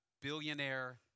billionaire